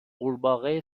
غورباغه